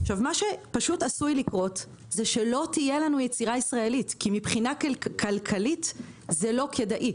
מה שעשוי לקרות זה שלא תהיה לנו יצירה ישראלית כי כלכלית זה לא כדאי.